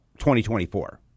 2024